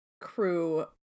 crew